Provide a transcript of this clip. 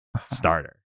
starter